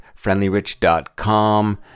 friendlyrich.com